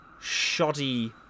shoddy